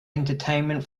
entertainment